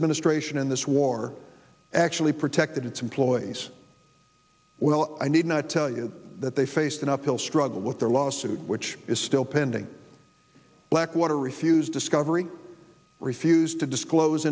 administration in this war actually protected its employees well i need not tell you that they faced an uphill struggle with their lawsuit which is still pending blackwater refused discovery refused to disclose